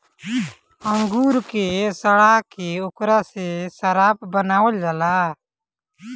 अंगूर के सड़ा के ओकरा से शराब बनावल जाला